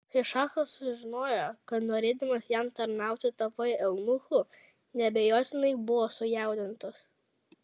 kai šachas sužinojo kad norėdamas jam tarnauti tapai eunuchu neabejotinai buvo sujaudintas